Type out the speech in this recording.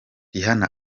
rihanna